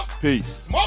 Peace